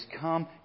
come